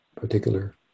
particular